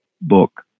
book